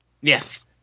Yes